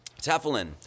Teflon